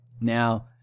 Now